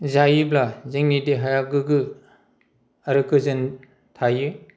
जायोब्ला जोंनि देहाया गोग्गो आरो गोजोन थायो